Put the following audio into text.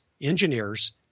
engineers